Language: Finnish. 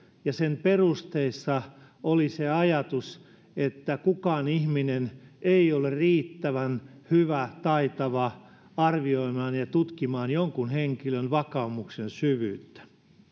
ja sen perusteissa oli se ajatus että kukaan ihminen ei ole riittävän hyvä taitava arvioimaan ja tutkimaan jonkun henkilön vakaumuksen syvyyttä